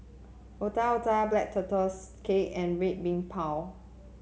Otak Otak Black Tortoise Cake and Red Bean Bao